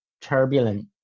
turbulent